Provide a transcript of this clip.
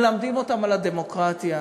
מלמדים אותם על הדמוקרטיה,